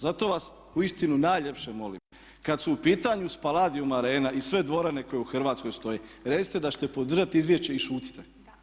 Zato vas uistinu najljepše molim kad su u pitanju Spaladium arena i sve dvorane koje u Hrvatskoj stoje recite da ćete podržati izvješće i šutite.